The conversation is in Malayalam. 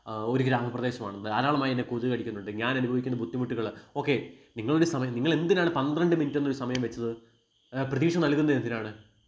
ഒരു ഗ്രാമപ്രദേശമാണ് ധാരാളമായെന്നെ കൊതുക് കടിക്കുന്നുണ്ട് ഞാനനുഭവിക്കുന്ന ബുദ്ധിമുട്ടുകള് ഓക്കെ നിങ്ങളൊരു സമയം നിങ്ങളെന്തിനാണ് പന്ത്രണ്ട് മിനിറ്റെന്നൊരു സമയം വെച്ചത് പ്രതീക്ഷ നൽകുന്നതെന്തിനാണ്